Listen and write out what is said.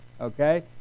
okay